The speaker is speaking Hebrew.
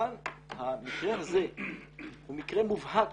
כאן המקרה הזה הוא מקרה מובהק